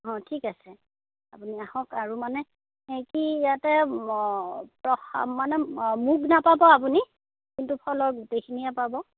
অ ঠিক আছে আপুনি আহক আৰু মানে সেই কি ইয়াতে ম মানে মুগ নাপাব আপুনি কিন্তু ফলৰ গোটেইখিনিয়ে পাব